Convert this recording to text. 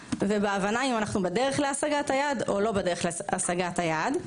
ובהבנה אם אנחנו בדרך להשגת היעד או לא בדרך להשגת היעד.